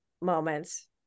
moments